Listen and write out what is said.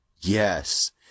Yes